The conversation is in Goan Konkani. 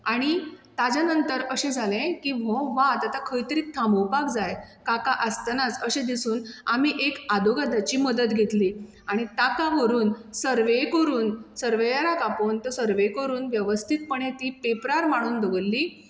आनी ताज्या नंतर अशें जालें की हो वाद आतां खंय तरी थामोवपाक जाय काका आसतनाच अशें दिसून आमी एक आदोगादाची मदत घेतली आनी ताका व्हरून सर्वे करून सर्वेयराक आपोवन तो सर्वे करून वेवस्थीतपणे ती पेपरार मांडून दवरली